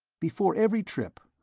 before every trip,